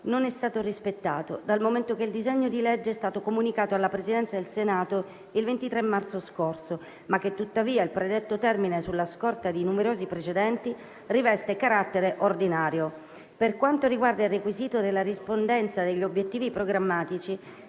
non è stato rispettato, dal momento che il disegno di legge è stato comunicato alla Presidenza del Senato il 23 marzo scorso, ma che tuttavia il predetto termine, sulla scorta di numerosi precedenti, riveste carattere ordinatorio. Per quanto riguarda il requisito della rispondenza agli obiettivi programmatici,